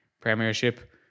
premiership